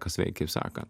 kas veikt kaip sakant